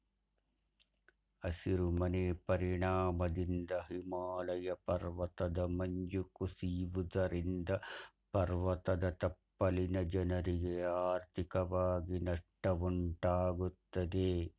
ಹಸಿರು ಮನೆ ಪರಿಣಾಮದಿಂದ ಹಿಮಾಲಯ ಪರ್ವತದ ಮಂಜು ಕುಸಿಯುವುದರಿಂದ ಪರ್ವತದ ತಪ್ಪಲಿನ ಜನರಿಗೆ ಆರ್ಥಿಕವಾಗಿ ನಷ್ಟ ಉಂಟಾಗುತ್ತದೆ